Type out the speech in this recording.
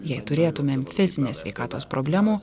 jei turėtumėm fizinės sveikatos problemų